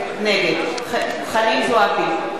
נגד חנין זועבי,